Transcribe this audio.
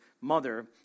mother